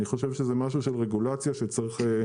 אני חושב שזה משהו של רגולציה שצריך לעבור.